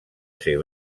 ser